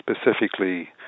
specifically